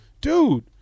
dude